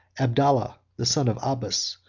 abdallah, the son of abbas,